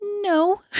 No